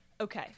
okay